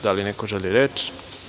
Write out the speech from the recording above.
Da li neko želi reč?